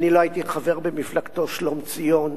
אני לא הייתי חבר במפלגתו שלומציון,